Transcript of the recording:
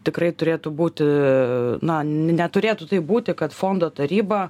tikrai turėtų būti na neturėtų taip būti kad fondo taryba